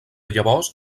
llavors